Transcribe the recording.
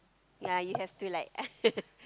yeah you have to like